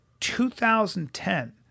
2010